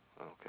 Okay